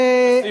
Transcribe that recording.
לסיום.